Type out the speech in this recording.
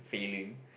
failing